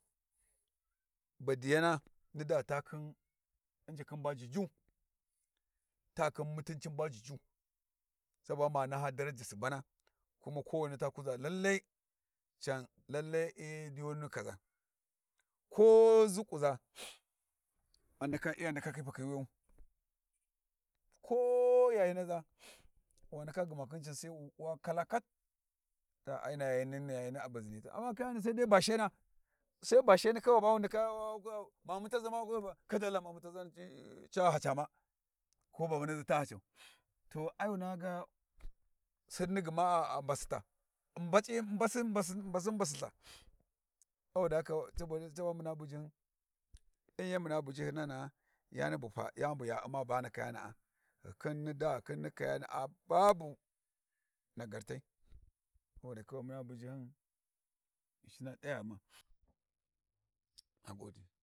Badiyana ni daa ta khin unjukhin juju ta khin mutuncin ba juju ta ba ma naha daraji subana, kuma kowini ta kuʒa lalle can lalle hyi diyuni ni kaʒa, ko ʒhiƙuʒa a ndaka iya ndakaki pakhi wuyu ko yayi naʒa wa ndaka ghuma khin can Sai wu khin can sai wu wa kala kat ta ai na yayin yayani baʒiniyi tan. Amma kayani sai dai bashena sai basheni ko mamutaʒi ma wa kuʒa va kai da Alla mammtaʒi ma ca haca ma ko babunaʒi ta hacau to ai wuna ga sinni gma ga a mbasita haka caba muna bujihyun, ɗin yan muna buji hyinana'a yani ba fai yani buya u'ma bani kayana'a ghi khin ni daa ghi khin ni kayana'a babu nagartai saboda muna bujihyun Ghinshina t'aya ghuma a gode.